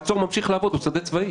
חצור ממשיך לעבוד, הוא שדה צבאי.